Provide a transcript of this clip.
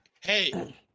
Hey